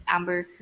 Amber